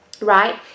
right